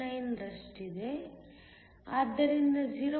99 ರಷ್ಟಿದೆ ಆದ್ದರಿಂದ 0